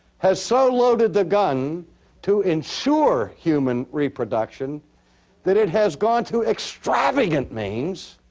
has so loaded the gun to ensure human reproduction that it has gone to extravagant means